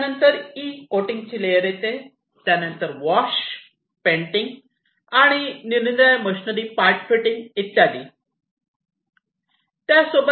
त्यानंतर ईकोटींगची लेअर येते त्यानंतर वाश पेंटिंग आणि निरनिराळ्या मशनरी पार्ट फिटिंग इत्यादी